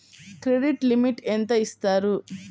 Credit limit ఎంత ఇస్తారు?